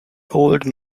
old